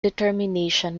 determination